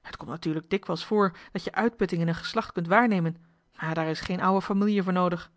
het komt natuurlijk dikwijls voor dat je uitputting in een geslacht kunt waarnemen maar daar is geen ou'e famielje voor noodig